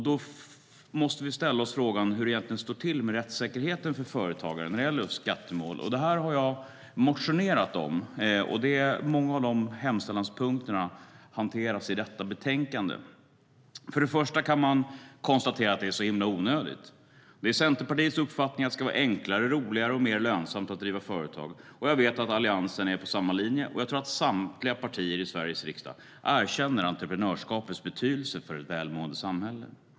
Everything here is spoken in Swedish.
Vi måste ställa oss frågan hur det egentligen står till med rättssäkerheten för företagare när de gäller just skattemål. Detta har jag motionerat om. Många av de hemställanspunkterna hanteras i detta betänkande. Först och främst kan man konstatera att det är så himla onödigt. Det är Centerpartiets uppfattning att det ska vara enklare, roligare och mer lönsamt att driva företag. Jag vet att Alliansen är på samma linje, och jag tror att samtliga partier i Sveriges riksdag erkänner entreprenörskapets betydelse för ett välmående samhälle.